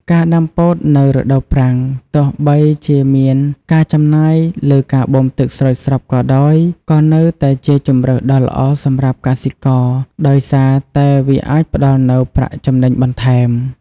ការដាំពោតនៅរដូវប្រាំង ទោះបីជាមានការចំណាយលើការបូមទឹកស្រោចស្រពក៏ដោយ ក៏នៅតែជាជម្រើសដ៏ល្អសម្រាប់កសិករ ដោយសារតែវាអាចផ្តល់នូវ ប្រាក់ចំណេញបន្ថែម។